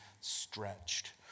stretched